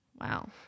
wow